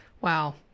wow